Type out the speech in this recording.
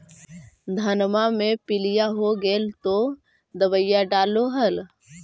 धनमा मे पीलिया हो गेल तो दबैया डालो हल?